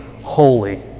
holy